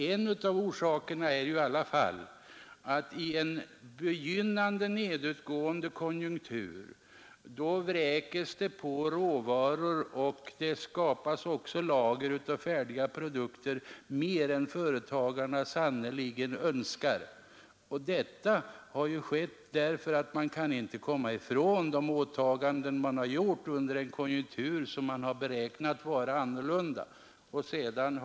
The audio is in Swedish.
En av orsakerna är att företagen i en begynnande nedåtgående konjunktur får råvaror och lager av färdiga produkter i större utsträckning än de önskar. Företagen kan inte komma ifrån de åtaganden de gjort när de räknat med en annan konjunkturutveckling.